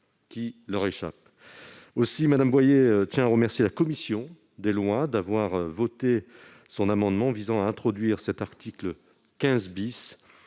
qui leur échappe. Aussi Mme Boyer tient-elle à remercier la commission des lois d'avoir voté son amendement visant à introduire cet article 15